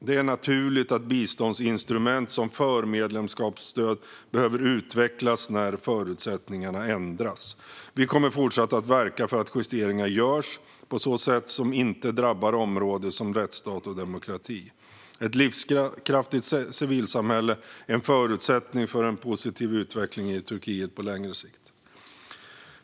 Det är naturligt att biståndsinstrument som förmedlemskapsstöd behöver utvecklas när förutsättningarna ändras. Vi kommer att fortsätta att verka för att justeringar görs på sätt som inte drabbar områden som rättsstat och demokrati. Ett livskraftigt civilsamhälle är en förutsättning för en positiv utveckling i Turkiet på längre sikt.